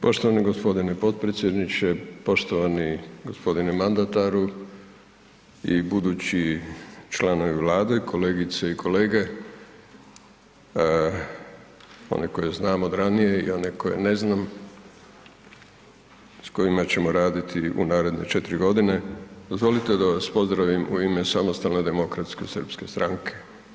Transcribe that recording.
Poštovani gospodine potpredsjedniče, poštovani gospodine mandataru i budući članovi Vlade, kolegice i kolege one koje znam od ranije i one koje ne znam, s kojima ćemo raditi u naredne 4 godine, dozvolite da vas pozdravim u ime Samostalne demokratske srpske stranke.